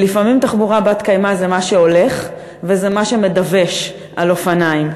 ולפעמים תחבורה בת-קיימא זה מה שהולך וזה מה שמדווש על אופניים.